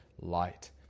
light